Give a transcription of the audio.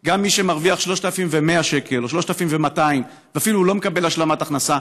גם מי שמרוויח 3,100 שקל או 3,200 ואפילו לא מקבל השלמת הכנסה,,